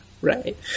Right